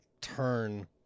turn